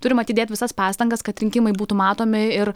turim atidėt visas pastangas kad rinkimai būtų matomi ir